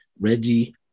Reggie